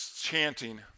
chanting